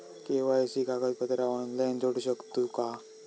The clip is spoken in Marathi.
के.वाय.सी कागदपत्रा ऑनलाइन जोडू शकतू का?